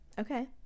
Okay